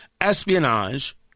espionage